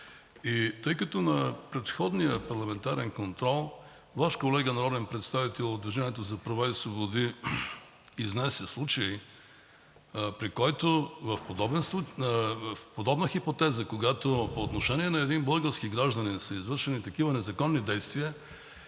тъй като на предходния парламентарен контрол Ваш колега – народен представител от „Движение за права и свободи“, изнесе случай, при който в подобна хипотеза, когато по отношение на един български гражданин са извършени такива незаконни действия,